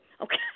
okay